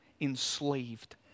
enslaved